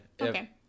Okay